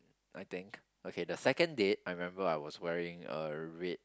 I think okay the second date I remember I was wearing a red